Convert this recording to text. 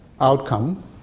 outcome